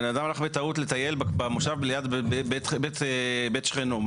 הבן אדם הלך בטעות לטייל במושב, ליד בית שכנו.